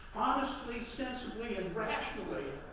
honestly, sensibly, and rationally,